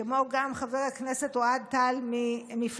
כמו גם חבר הכנסת אוהד טל ממפלגתי,